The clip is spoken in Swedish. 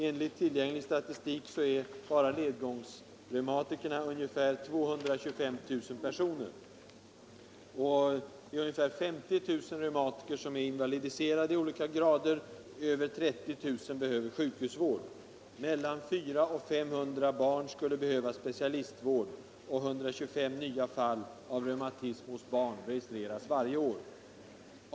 Enligt tillgänglig statistik utgör enbart ledgångsreumatikerna ungefär 225 000 personer. Ungefär 50 000 reumatiker är invalidiserade i olika grader, och över 30 000 behöver sjukhusvård. 400-500 barn skulle behöva specialistvård, och 125 nya fall av reumatism hos barn registreras varje år.